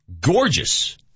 gorgeous